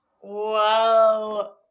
Whoa